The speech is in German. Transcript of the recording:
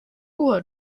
uhr